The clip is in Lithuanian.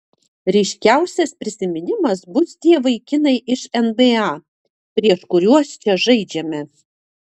ryškiausias prisiminimas bus tie vaikinai iš nba prieš kuriuos čia žaidžiame